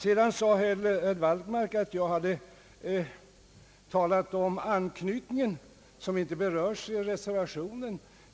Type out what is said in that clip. Herr Wallmark sade att jag hade talat om anknytningen, som inte berörs i reservationen.